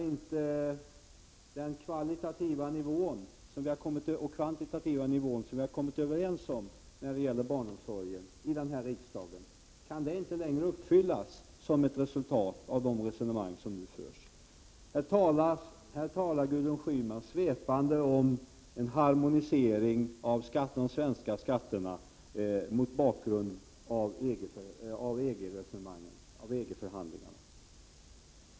Kan den kvalitativa och kvantitativa nivå som vi här i riksdagen har kommit överens om när det gäller barnomsorgen inte längre uppfyllas som ett resultat av de samtal som nu förs? Gudrun Schyman talar svepande om harmonisering av de svenska skatterna, mot bakgrund av EG-förhandlingarna.